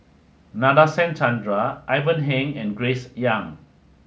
Nadasen Chandra Ivan Heng and Grace Young